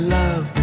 love